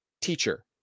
teacher